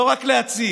לא רק להציג,